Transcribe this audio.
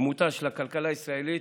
דמותה של הכלכלה הישראלית,